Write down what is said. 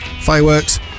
fireworks